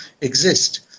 exist